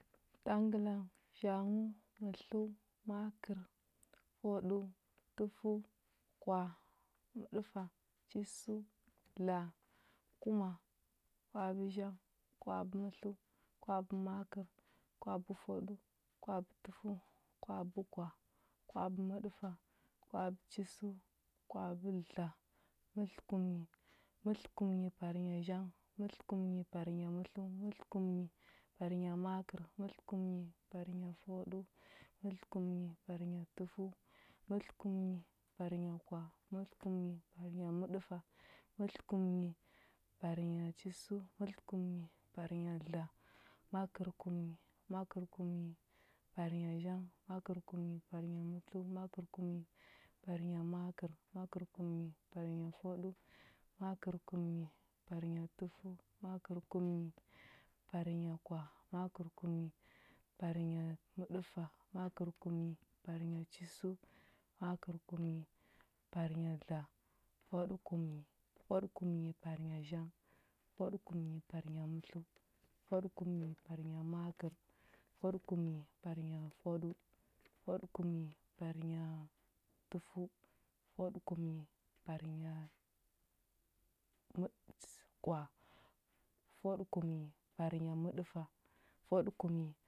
Tangəlang, zhanghəu, mətləu, makər, fwaɗəu, tufəu, kwah, məɗəfa, chisəu, dla, kuma, kwabəzhang, kwabəmətləu, kwabəmakər, kwabəfwaɗəu, kwabətufəu, kwabəkwah, kwabəməɗəfa, kwabəchisəu, kwabədla, mətləkumnyi, mətləkumnyi parnya zhang, mətləkumnyi parnay mətləu, mətləkumnyi parnya makərəu, mətləkumnyi parny fwaɗəu, mətləkumnyi parnya tufəu, mətləkumnyi parnya kwah, mətləkumnyi parnya məɗəfa, mətləkumnyi parnya chisəu, mətləkumnyi parnya dla, makərkumnyi. Makərkumnyi parnya zhang, makərkumnyi parnya mətləu, makərkumnyi parnya makərəu, makərkumnyi parnya fwaɗəu, makərkumnyi parnya tufəu, makərkumnyi parnya kwah, makərkumnyi parnya məɗəfa, makərkumnyi parnya chisəu, makərkəmyi parnya dla, fwaɗəkumnyi. Fwaɗəkumnyi parnya zhang. fwaɗəkumnyi parnya mətləu, fwaɗəkumnyi parnya makər, fwaɗəkumnyi parnya fwaɗəu, fwaɗəkumnyi parnya tufəu fwaɗəkumnyi, fwaɗəkumnyi parnya kwa, fwaɗəkumnyi parnya məɗəfa fwaɗəkumnyi